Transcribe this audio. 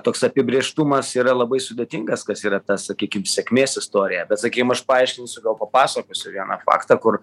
toks apibrėžtumas yra labai sudėtingas kas yra ta sakykim sėkmės istorija bet sakykim aš paaiškinsiu gal papasakosiu vieną faktą kur